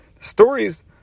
stories